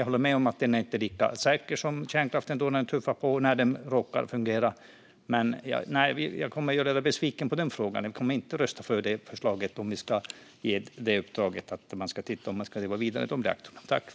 Jag håller med om att den inte är lika säker som kärnkraften när den tuffar på och råkar fungera. Men nej, jag kommer att göra dig besviken i denna fråga. Jag kommer inte att rösta för förslaget om ett uppdrag om att man ska titta på om det går att driva reaktorerna vidare.